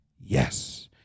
Yes